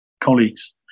colleagues